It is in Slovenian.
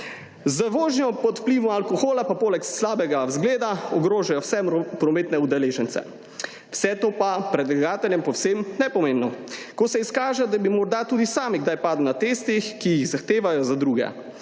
Z vožnjo pod vplivom alkohola pa poleg slabega vzgleda ogrožajo vse prometne udeležence, vse to je(?) pa predlagateljem povsem nepomembno. Ko se izkaže, da bi morda tudi sami kdaj padli na testih, ki jih zahtevajo za druge,